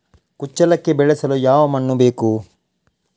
ಕುಚ್ಚಲಕ್ಕಿ ಬೆಳೆಸಲು ಯಾವ ಮಣ್ಣು ಬೇಕು?